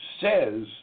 says